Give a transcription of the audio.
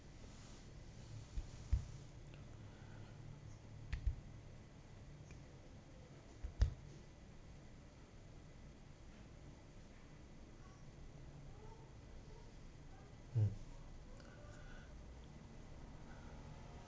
mm